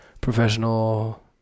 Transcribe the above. professional